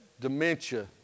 dementia